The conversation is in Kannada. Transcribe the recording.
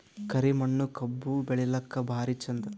ಕರಿ ಮಣ್ಣು ಕಬ್ಬು ಬೆಳಿಲ್ಲಾಕ ಭಾರಿ ಚಂದ?